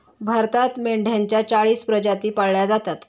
भारतात मेंढ्यांच्या चाळीस प्रजाती पाळल्या जातात